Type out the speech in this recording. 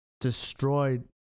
destroyed